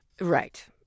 Right